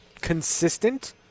consistent